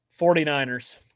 49ers